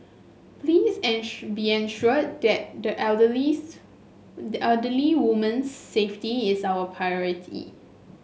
please be ensured that the elderly's the elderly woman's safety is our priority